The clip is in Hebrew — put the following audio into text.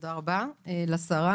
תודה רבה לשרה.